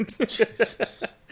Jesus